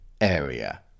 area